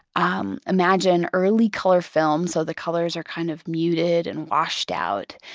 um imagine early color films, so the colors are kind of muted and washed out.